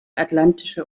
atlantische